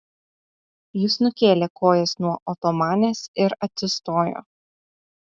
jis nukėlė kojas nuo otomanės ir atsistojo